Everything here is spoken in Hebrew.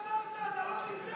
אתה כבר עזבת, אתה לא נמצא פה.